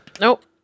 Nope